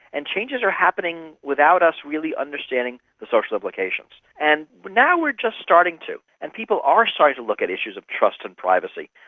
and changes are happening without us really understanding the social applications. and now we are just starting to, and people are starting to look at issues of trust and privacy.